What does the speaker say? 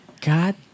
God